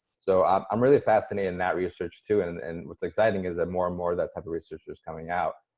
so i'm i'm really fascinated in that research too. and and what's exciting is that more and more of that type of research is coming out.